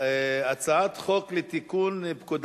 הצעת חוק התכנון והבנייה (תיקון,